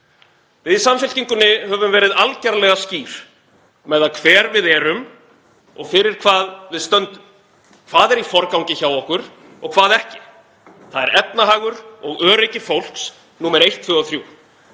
Við í Samfylkingunni höfum verið algerlega skýr með það hver við erum og fyrir hvað við stöndum, hvað er í forgangi hjá okkur og hvað ekki. Það er efnahagur og öryggi fólks sem er númer